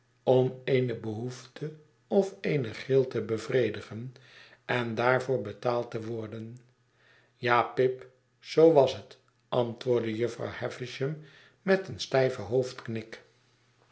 om eene behoefte of eene gril te bevredigen en daarvoor betaald te worden ja pip zoo was het antwoordde jufvrouw havisham met een stijven hoofdknik